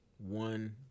One